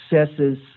successes